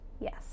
Yes